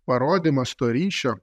parodymas to ryšio